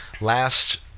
last